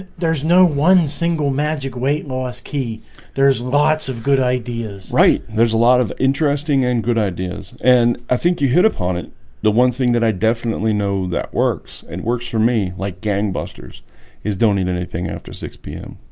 there's no one single magic weight-loss key there's lots of good ideas right there's a lot of interesting and good ideas and i think you hit upon it the one thing that i definitely know that works and works for me like gangbusters is don't eat anything after six zero p m.